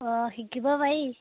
অঁ শিকিব পাৰি